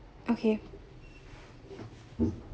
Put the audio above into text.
okay